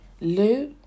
Lou